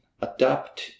adapt